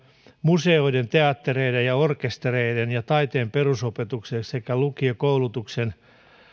museoiden teattereiden ja orkestereiden sekä taiteen perusopetuksen ja lukiokoulutuksen